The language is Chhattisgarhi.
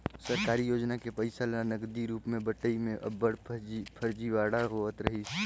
सरकारी योजना के पइसा ल नगदी रूप में बंटई में अब्बड़ फरजीवाड़ा होवत रहिस